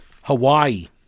Hawaii